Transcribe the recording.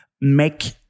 make